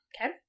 Okay